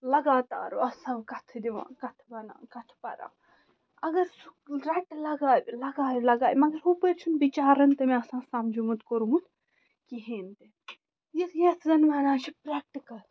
لگاتار آسان کتھٕ دِوان کتھٕ بنان کتھٕ پران اگر سُہ رَٹہِ لگایہِ لگایہِ لگایہِ مگر ہُپٲرۍ چھُنہٕ بِچارن تہِ مےٚ آسان سمجمُت کوٚرمُت کِہیٖنۍ تہِ یِتھ یتھ زن ونان چھِ پرٛٮ۪کٹِکل